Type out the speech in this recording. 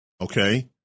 okay